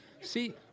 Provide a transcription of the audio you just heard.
See